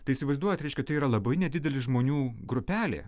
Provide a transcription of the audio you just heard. tai įsivaizduojat reiškia tai yra labai nedidelis žmonių grupelė